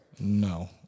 No